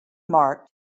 marked